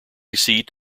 seat